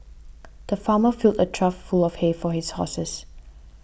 the farmer filled a trough full of hay for his horses